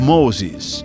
Moses